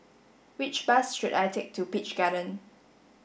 which bus should I take to Peach Garden